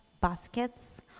baskets